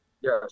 Yes